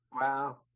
Wow